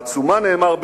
בעצומה נאמר,